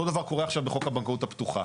אותו דבר קורה עכשיו בחוק הבנקאות הפתוחה.